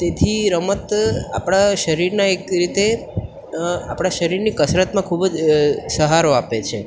તેથી રમત આપણા શરીરના એક રીતે આપણા શરીરની કસરતમાં ખૂબ જ સહારો આપે છે